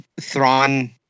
Thrawn